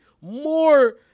more